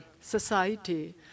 society